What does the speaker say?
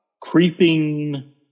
creeping